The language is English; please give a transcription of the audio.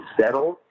settled